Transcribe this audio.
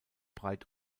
breit